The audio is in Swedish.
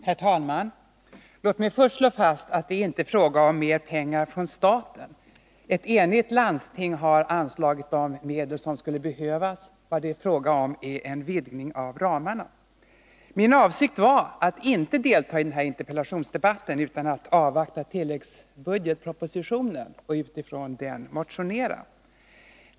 Herr talman! Låt mig först slå fast att det inte är fråga om mer pengar från staten. Ett enigt landsting har anslagit de medel som skulle behövas. Vad det är fråga om är en vidgning av ramarna. Min avsikt var att inte delta i den här interpellationsdebatten, utan avvakta tilläggsbudgetpropositionen och motionera utifrån den.